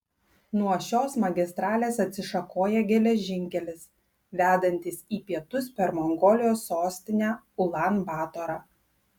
nuo šios magistralės atsišakoja geležinkelis vedantis į pietus per mongolijos sostinę ulan batorą